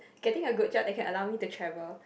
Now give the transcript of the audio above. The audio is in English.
getting a good job that can allow me to travel